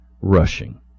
rushing